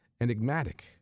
enigmatic